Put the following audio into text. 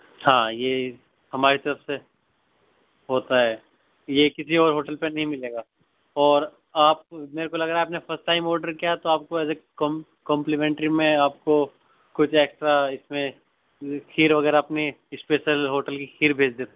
ہاں یہ ہماری طرف سے ہوتا ہے یہ کسی اور ہوٹل پہ نہیں مِلے گا اور آپ میرے کو لگ رہا ہے آپ نے فرسٹ ٹائم آڈر کیا ہے تو آپ کو ایز اے کمپلیمنٹری میں آپ کو کچھ ایکسٹرا اِس میں کھیر وغیرہ اپنے اسپیشل ہوٹل کی کھیر بھیج دے